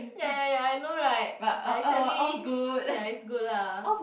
ya ya ya I know right but actually ya it's good lah